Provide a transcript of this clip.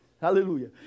Hallelujah